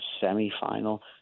semi-final